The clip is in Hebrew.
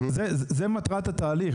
זו מטרת התהליך.